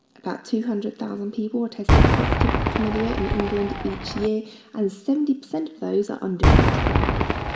about two hundred thousand people are tested positive for chlamydia in england each year and seventy percent of those are under twenty five.